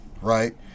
right